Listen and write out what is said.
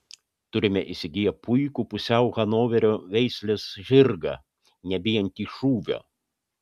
turime įsigiję puikų pusiau hanoverio veislės žirgą nebijantį šūvio